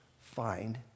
find